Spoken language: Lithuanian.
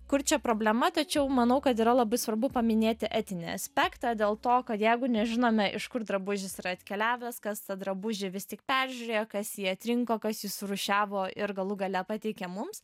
kur čia problema tačiau manau kad yra labai svarbu paminėti etinį aspektą dėl to kad jeigu nežinome iš kur drabužis yra atkeliavęs kas tą drabužį vis tik peržiūrėjo kas jį atrinko kas jį surūšiavo ir galų gale pateikė mums